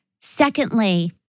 Secondly